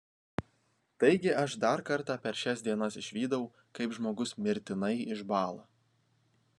taigi aš dar kartą per šias dienas išvydau kaip žmogus mirtinai išbąla